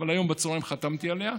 אבל היום בצוהריים חתמתי עליה,